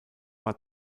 war